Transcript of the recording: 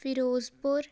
Firozpur